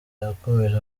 yakomeje